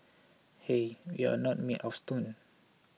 hey we're not made of stone